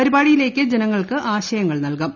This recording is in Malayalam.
പരിപാടിയിലേക്ക് ജനങ്ങൾക്ക് ആശയങ്ങൾ നൽകാം